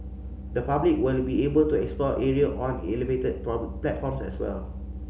the public will be able to explore area on elevated platforms as well